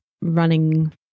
running